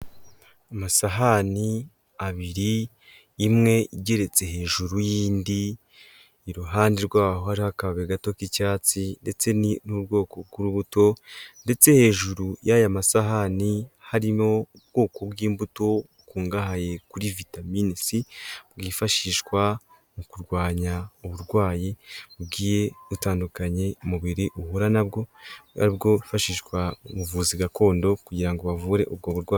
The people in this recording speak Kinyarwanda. Amasahani abiri imwe igeretse hejuru y'indi iruhande rwaho hari akaga gato k'icyatsi ndetse' n'ubwoko bw'urubuto ndetse hejuru y'aya masahani harimo ubwoko bw'imbuto bukungahaye kuri vitamin c bwifashishwa mu kurwanya uburwayi butandukanye umubiri uhura nabwo bwa bwofashishwa ubuvuzi gakondo kugirango bavure ubwo burwayi.